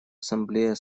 ассамблея